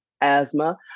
asthma